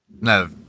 No